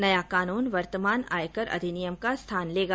नया कानून वर्तमान आयकर अधिनियम का स्थान लेगा